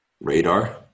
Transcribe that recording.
radar